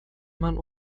man